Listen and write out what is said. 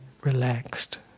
relaxed